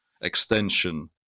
extension